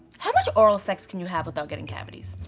how much oral sex can you have without getting cavities?